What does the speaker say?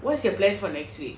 what's your plan for next week